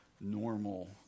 normal